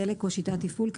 דלק או שיטת תפעול,